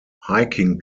hiking